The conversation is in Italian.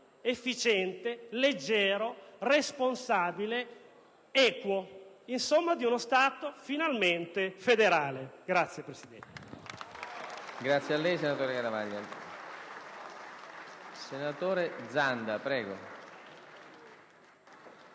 efficiente, leggero, responsabile ed equo; insomma, l'idea di uno Stato finalmente federale.